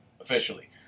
officially